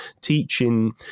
teaching